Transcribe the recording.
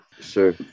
Sure